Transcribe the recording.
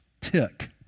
tick